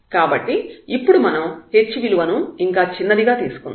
కాబట్టి ఇప్పుడు మనం h విలువను ఇంకా చిన్నదిగా తీసుకుందాం